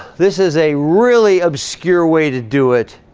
this is a really obscure way to do it.